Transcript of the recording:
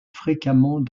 fréquemment